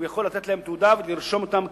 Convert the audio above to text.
והוא יכול לתת להם תעודה ולרשום אותם כנשואים.